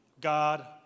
God